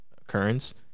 occurrence